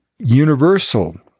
universal